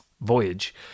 Voyage